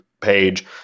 page